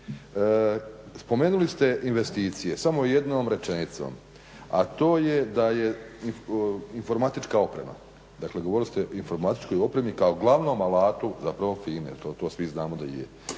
Spomenuli ste investicije, samo jednom rečenicom a to je da je, informatička oprema. Dakle, govorili ste o informatičkoj opremi kao glavnom alatu zapravo FINA-e, jer to svi znamo da je.